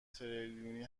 تریلیونی